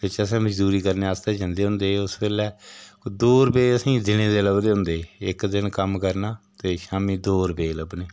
उ'त्थें अस मजदूरी करने आस्तै जन्दे होंदे हे उस बेल्लै दो रपेऽ असें ई दिनै दे लभदे होन्दे हे इक दिन कम्म करना ते शामीं दो रपेऽ लब्भने